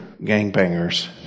gangbangers